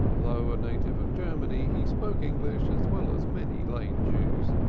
though a native of germany, he spoke english as well as many lane jews,